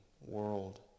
world